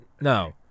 no